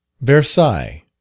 Versailles